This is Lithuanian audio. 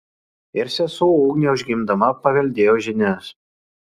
ir sesuo ugnė užgimdama paveldėjo žinias